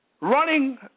running